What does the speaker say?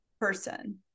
person